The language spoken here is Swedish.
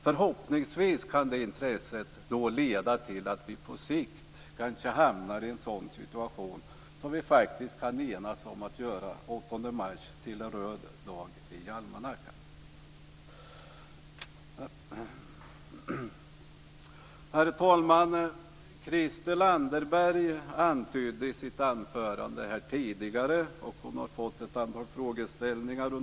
Förhoppningsvis kan detta intresse leda till att vi på sikt kanske hamnar i en sådan situation att vi faktiskt kan enas om att göra den 8 mars till en röd dag i almanackan. Herr talman! Christel Anderberg antydde i sitt anförande tidigare något som hon har fått ett antal frågor om.